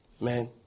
Man